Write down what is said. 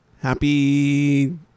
Happy